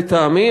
לטעמי,